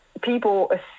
people